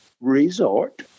resort